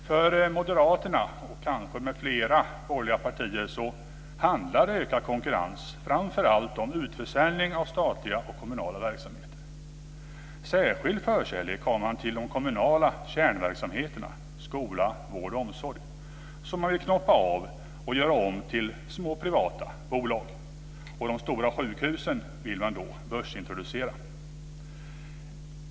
För moderaterna och kanske för fler borgerliga partier handlar ökad konkurrens framför allt om utförsäljning av statliga och kommunala verksamheter. Särskild förkärlek har man till de kommunala kärnverksamheterna, skola, vård och omsorg, som man vill knoppa av och göra om till små privata bolag. De stora sjukhusen vill man börsintroducera.